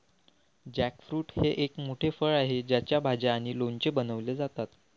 jackfruit हे एक मोठे फळ आहे ज्याच्या भाज्या आणि लोणचे बनवले जातात